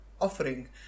offering